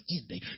ending